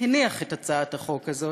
הניח את הצעת החוק הזאת,